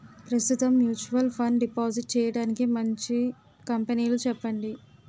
ప్రస్తుతం mutual fund deposit చేయడానికి మంచి కంపెనీలు చెప్పండి